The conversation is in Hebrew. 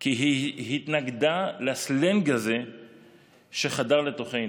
כי היא התנגדה לסלנג הזה שחדר לתוכנו.